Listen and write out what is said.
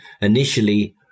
initially